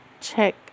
check